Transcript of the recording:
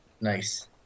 Nice